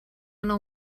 nou